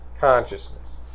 consciousness